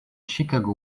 chicago